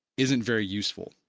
isn't very useful,